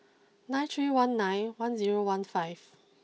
nine three one nine one zero one five